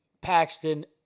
Paxton